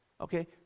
Okay